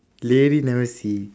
really never see